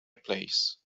place